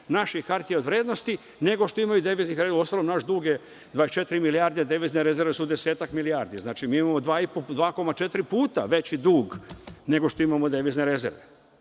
naših hartija od vrednosti nego što imaju deviznih rezervi. Uostalom, naš dug je 24 milijardi, a devizne rezerve su desetak milijardi. Znači, mi imamo 2,4 puta veći dug nego što imamo devizne rezerve.